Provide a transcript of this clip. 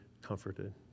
comforted